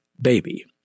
baby